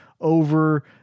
over